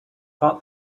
thought